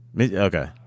Okay